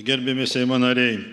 gerbiami seimo nariai